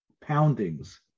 poundings